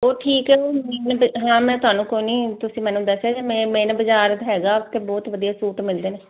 ਉਹ ਠੀਕ ਹੈ ਹਾਂ ਮੈਂ ਤੁਹਾਨੂੰ ਕੋਈ ਨਹੀਂ ਤੁਸੀਂ ਮੈਨੂੰ ਦੱਸਿਆ ਜੇ ਮੈਂ ਮੇਨ ਬਾਜ਼ਾਰ ਹੈਗਾ ਅਤੇ ਉੱਥੇ ਬਹੁਤ ਵਧੀਆ ਸੂਟ ਮਿਲਦੇ ਨੇ